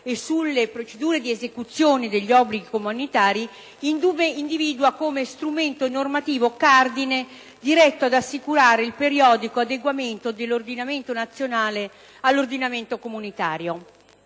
e sulle procedure di esecuzione degli obblighi comunitari, individuando nella legge comunitaria lo strumento normativo cardine diretto ad assicurare il periodico adeguamento dell'ordinamento nazionale all'ordinamento comunitario.